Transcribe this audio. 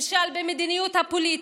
נכשל במדיניות הפוליטית,